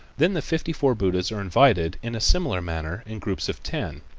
then the fifty-four buddhas are invited in a similar manner in groups of ten,